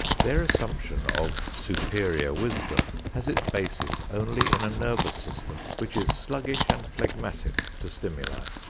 their assumption of superior wisdom has its basis only in a nervous system which is sluggish and phlegmatic to stimuli.